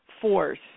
force